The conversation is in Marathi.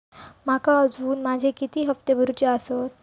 माका अजून माझे किती हप्ते भरूचे आसत?